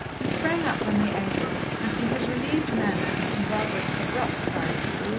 he sprang up when they entered, and from his relieved manner and from barbara's abrupt silence,